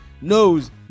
knows